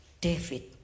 David